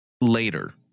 later